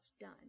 done